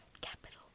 Capital